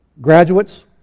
Graduates